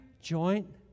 joint